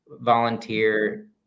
volunteer